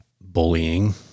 bullying